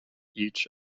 each